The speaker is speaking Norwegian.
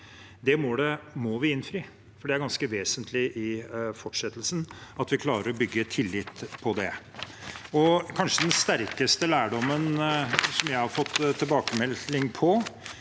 målet må vi innfri, for det er ganske vesentlig i fortsettelsen at vi klarer å bygge tillit om det. Kanskje er den sterkeste lærdommen jeg har fått tilbakemelding på